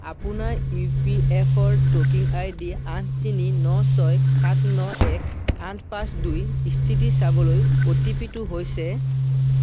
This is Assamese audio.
আপোনাৰ ই পি এফ অ' টকিং আই ডি আঠ তিনি ন ছয় সাত ন এক আঠ পাঁচ দুইৰ স্থিতি চাবলৈ অ' টি পি টো হৈছে